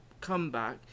comeback